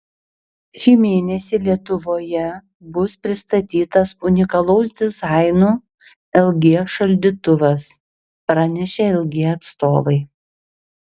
šį mėnesį lietuvoje bus pristatytas unikalaus dizaino lg šaldytuvas pranešė lg atstovai